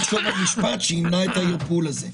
אנחנו צריכים לחשוב על משפט שימנע את הערפול הזה.